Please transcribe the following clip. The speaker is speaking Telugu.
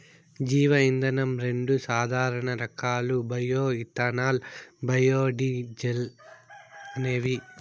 జీవ ఇంధనం రెండు సాధారణ రకాలు బయో ఇథనాల్, బయోడీజల్ అనేవి